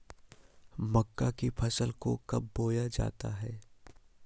मक्का की फसल को कब बोया जाता है?